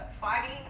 fighting